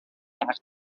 act